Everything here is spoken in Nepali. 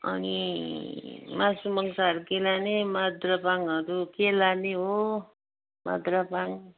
अनि मासु मांसहरू के लाने मदिराभाङहरू के लाने हो मदिराभाङ